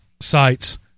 sites